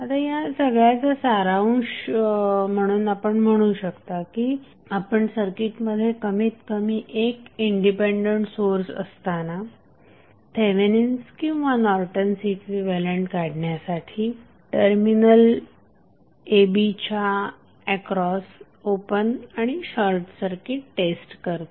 आता या सगळ्याचा सारांश म्हणून आपण म्हणू शकता की आपण सर्किटमध्ये कमीत कमी एक इंडिपेंडेंट सोर्स असताना थेवेनिन्स किंवा नॉर्टन्स इक्विव्हॅलंट काढण्यासाठी टर्मिनल a b च्या एक्रॉस ओपन आणि शॉर्टसर्किट टेस्ट करतो